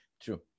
true